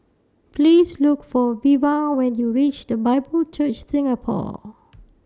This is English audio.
Please Look For Veva when YOU REACH The Bible Church Singapore